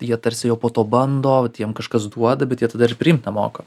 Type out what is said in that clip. jie tarsi jau po to bando tai jiem kažkas duoda bet jie tada ir priimt nemoka